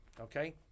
Okay